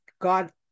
God